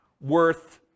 worth